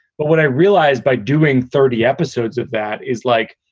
but what i realized by doing thirty episodes of that is like,